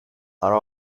are